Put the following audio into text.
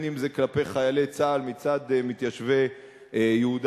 אם כלפי חיילי צה"ל מצד מתיישבי יהודה